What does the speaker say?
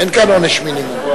אין כאן עונש מינימום.